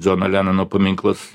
džono lenono paminklas